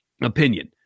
opinion